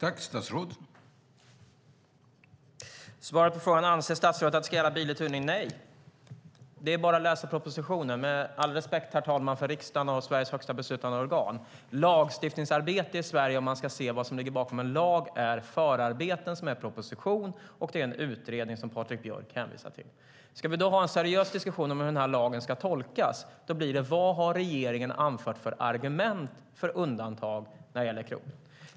Herr talman! Svaret på frågan om statsrådet anser att det ska gälla biluthyrning är nej. Det är bara att läsa propositionen. Herr talman! Med all respekt för riksdagen och Sveriges högsta beslutande organ vill jag säga att lagstiftningsarbete i Sverige, om man ska se vad som ligger bakom en lag, handlar om förarbeten i form av en proposition, och det är en utredning som Patrik Björck hänvisar till. Om vi ska föra en seriös diskussion om hur den här lagen ska tolkas handlar det om vilka argument regeringen har anfört för undantag när det gäller krogen.